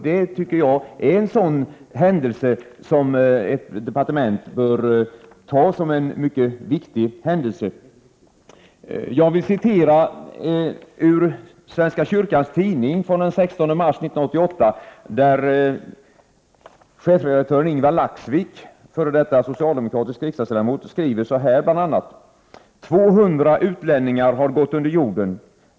Det tycker jag är en sådan händelse som ett departement bör uppfatta som en mycket viktig händelse. Jag vill citera ur Svenska kyrkans tidning från den 16 mars 1988, där chefredaktören Ingvar Laxvik, f.d. socialdemokratisk riksdagsledamot, bl.a. skriver så här: ”200 utlänningar har gått under jorden.